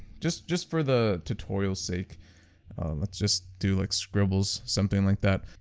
just just for the tutorials sake let's just do like scribbles something like that.